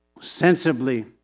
sensibly